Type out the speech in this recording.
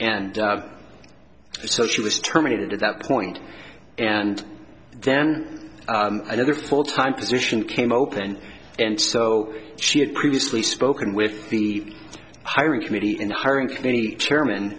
and so she was terminated at that point and then another full time position came open and so she had previously spoken with the hiring committee in hiring can any chairman